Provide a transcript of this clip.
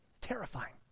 terrifying